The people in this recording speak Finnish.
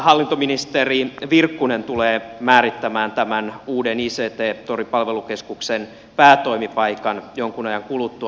hallintoministeri virkkunen tulee määrittämään tämän uuden ict tori palvelukeskuksen päätoimipaikan jonkun ajan kuluttua